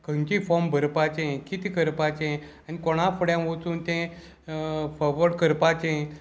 खंयची फॉर्म भरपाचें कितें करपाचें आनी कोणा फुडें वचून तें फोर्वर्ड करपाचें